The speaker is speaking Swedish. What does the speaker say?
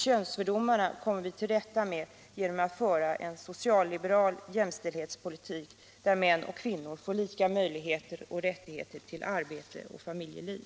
Könsfördomarna kommer vi till rätta med genom att föra en socialliberal jämställdhetspolitik där män och kvinnor får lika möjligheter och rättigheter till arbete och familjeliv.